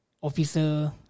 officer